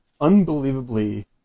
unbelievably